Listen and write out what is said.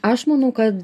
aš manau kad